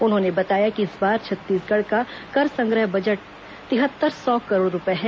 उन्होंने बताया कि इस बार छत्तीसगढ़ का कर संग्रह बजट तिहत्तर सौ करोड़ रूपये है